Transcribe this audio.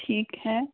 ठीक है